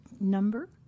number